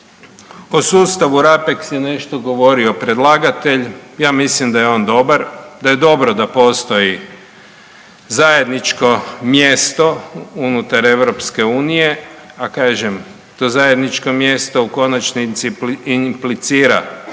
o sustavu RAPEX je nešto govorio predlagatelj, ja mislim da je on dobar, da je dobro da postoji zajedničko mjesto unutar EU, a kažem, to zajedničko mjesto u konačnici i implicira